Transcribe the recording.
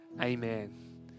amen